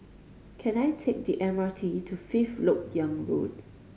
can I take the M R T to Fifth Lok Yang Road